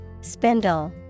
Spindle